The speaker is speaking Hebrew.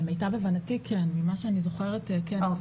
למיטב הבנתי כן, ממה שאני זוכרת כן.